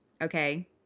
okay